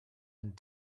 and